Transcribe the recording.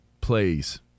plays